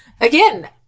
Again